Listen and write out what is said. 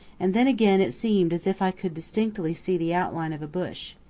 and then again it seemed as if i could distinctly see the outline of a bush.